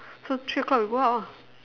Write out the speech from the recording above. so three o-clock we go out ah